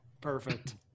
Perfect